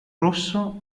rosso